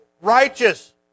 righteous